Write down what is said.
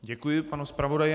Děkuji panu zpravodaji.